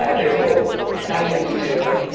yeah there's no science to it.